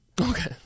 Okay